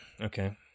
Okay